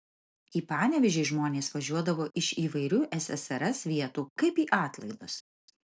į panevėžį žmonės važiuodavo iš įvairių ssrs vietų kaip į atlaidus